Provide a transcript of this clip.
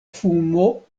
fumo